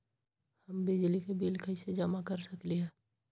हम बिजली के बिल कईसे जमा कर सकली ह?